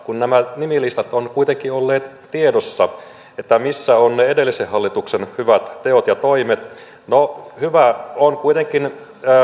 kun nämä nimilistat ovat kuitenkin olleet tiedossa missä ovat ne edellisen hallituksen hyvät teot ja toimet no hyvää on kuitenkin että